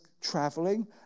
traveling